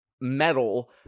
metal